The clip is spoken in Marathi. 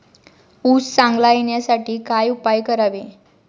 ऊस चांगला येण्यासाठी काय उपाय करावे?